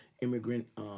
Immigrant